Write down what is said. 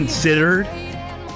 Considered